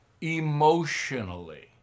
emotionally